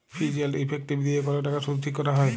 ফিজ এল্ড ইফেক্টিভ দিঁয়ে কল টাকার সুদ ঠিক ক্যরা হ্যয়